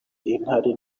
intare